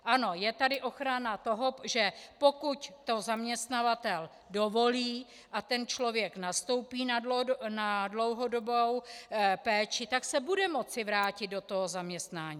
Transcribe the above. Ano, je tady ochrana toho, že pokud to zaměstnavatel dovolí a ten člověk nastoupí na dlouhodobou péči, tak se bude moci vrátit do toho zaměstnání.